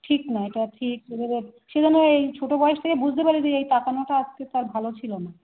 ঠিক নয় এটা ঠিক সেইভাবে সে যেন এই ছোটো বয়স থেকে বুঝতে পারে যে এই তাকানোটা আজকে তার ভালো ছিল না